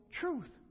truth